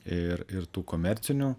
ir ir tų komercinių